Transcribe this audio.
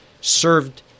served